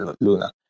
luna